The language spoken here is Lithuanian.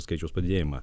skaičiaus padidėjimą